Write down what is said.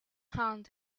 hand